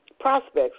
prospects